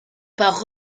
par